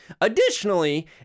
Additionally